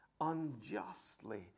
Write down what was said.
unjustly